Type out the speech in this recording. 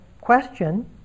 question